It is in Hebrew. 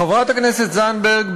חברת הכנסת זנדברג,